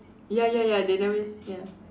ya ya ya they never ya